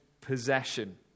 possession